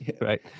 Right